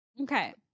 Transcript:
okay